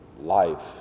Life